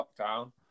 lockdown